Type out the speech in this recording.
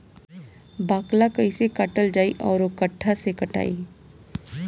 बाकला कईसे काटल जाई औरो कट्ठा से कटाई?